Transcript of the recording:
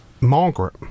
Margaret